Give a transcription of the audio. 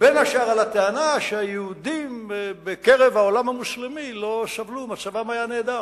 בין השאר על הטענה שהיהודים בקרב העולם המוסלמי לא סבלו ומצבם היה נהדר.